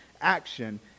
action